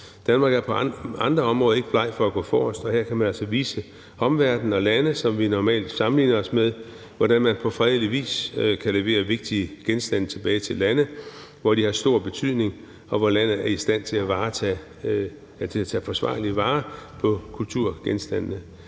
Danmark er på andre områder ikke bleg for at gå forrest, og her kan man altså vise omverdenen og de lande, som vi normalt sammenligner os med, hvordan man på fredelig vis kan levere vigtige genstande tilbage til lande, hvor de har stor betydning, og hvor landet er i stand til at tage forsvarlig vare på kulturgenstandene.